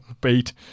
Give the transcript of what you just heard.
beat